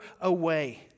away